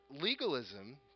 Legalism